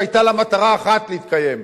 שהיתה לה מטרה אחת כדי להתקיים,